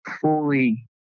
fully